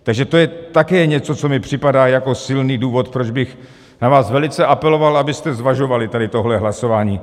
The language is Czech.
Takže to je také něco, co mi připadá jako silný důvod, proč bych na vás velice apeloval, abyste zvažovali tohle hlasování.